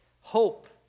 Hope